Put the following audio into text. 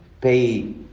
pay